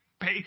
Pay